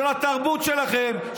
של התרבות שלכם,